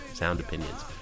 soundopinions